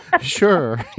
Sure